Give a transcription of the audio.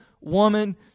woman